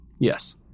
Yes